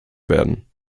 werden